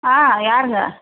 ஆ யாருங்க